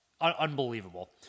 unbelievable